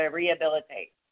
rehabilitate